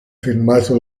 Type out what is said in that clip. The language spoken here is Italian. firmato